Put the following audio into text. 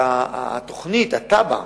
התוכנית, התב"ע